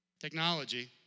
technology